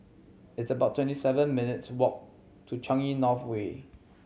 it's about twenty seven minutes' walk to Changi North Way